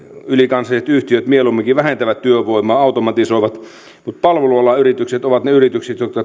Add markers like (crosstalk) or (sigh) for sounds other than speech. ylikansalliset yhtiöt mieluumminkin vähentävät työvoimaa automatisoivat mutta palvelualan yritykset ovat ne yritykset jotka (unintelligible)